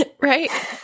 Right